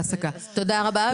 תודה רבה.